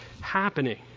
happening